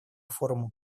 форумом